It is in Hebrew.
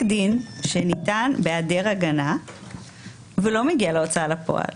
דין שניתן בהיעדר הגנה ולא מגיע להוצאה לפעול,